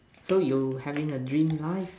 so you having the dream life